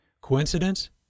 Coincidence